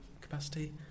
capacity